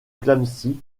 clamecy